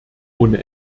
ohne